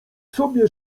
sobie